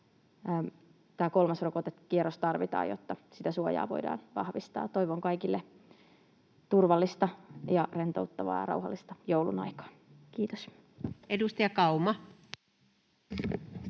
tämä kolmas rokotekierros tarvitaan, jotta suojaa voidaan vahvistaa. Toivon kaikille turvallista ja rentouttavaa ja rauhallista joulunaikaa. — Kiitos. [Speech 19]